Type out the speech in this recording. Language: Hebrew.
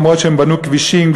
אף שהם בנו כבישים,